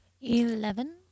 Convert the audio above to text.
Eleven